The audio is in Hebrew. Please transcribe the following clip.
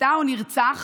דסטאו נרצח